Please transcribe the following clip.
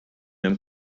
hemm